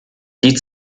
die